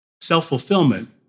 Self-fulfillment